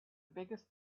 biggest